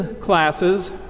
classes